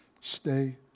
stay